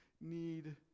need